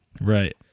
Right